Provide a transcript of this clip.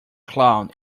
clown